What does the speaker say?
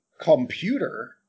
computer